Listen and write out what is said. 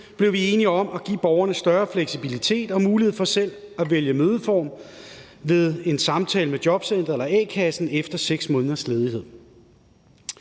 blev vi enige om at give borgerne større fleksibilitet og mulighed for selv at vælge mødeform ved en samtale med jobcenteret eller a-kassen efter 6 måneders ledighed.